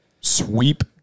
Sweep